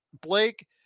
Blake